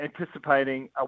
anticipating